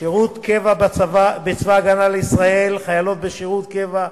שירות קבע בצבא-הגנה לישראל (חיילות בשירות קבע),